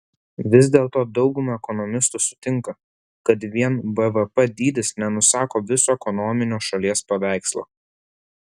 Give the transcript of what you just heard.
vis dėlto dauguma ekonomistų sutinka kad vien bvp dydis nenusako viso ekonominio šalies paveikslo